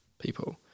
people